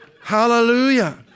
Hallelujah